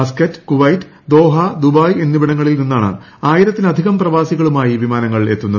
Muscat Kuwait Doha Dubai എന്നിവിടങ്ങളിൽ നിന്നാണ് ആയിരത്തിലധികം പ്രവാസികളുമായി വിമാനങ്ങൾ എത്തുന്നത്